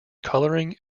coloring